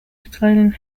declining